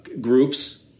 groups